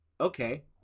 Okay